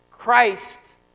Christ